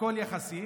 הכול יחסי,